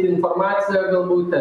informaciją galbūt ten